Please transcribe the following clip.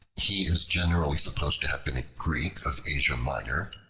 he is generally supposed to have been a greek of asia minor,